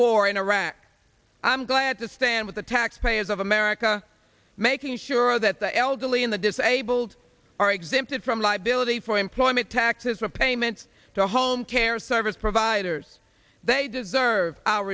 war in iraq i'm glad to stand with the taxpayers of america making sure that the elderly and the disabled are exempted from liability for employment taxes were payments to home care service providers they deserve